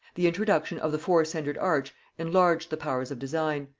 the introduction of the four-centred arch enlarged the powers of design,